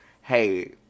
hey